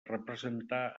representar